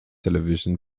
television